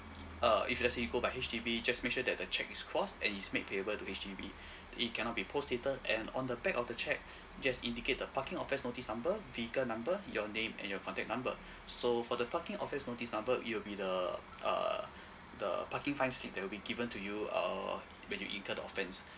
uh if let's say you go by H_D_B just make sure that the cheque is crossed and is make payable to H_D_B it cannot be post stated and on the back of the cheque just indicate the parking offense notice number vehicle number your name and your contact number so for the parking offense notice number it will be the uh the parking fine slip that'll be given to you uh when you incurred offense